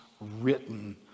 written